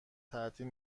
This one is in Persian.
تعطیل